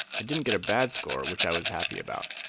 it didn't get a bad score, which i was happy about,